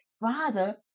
father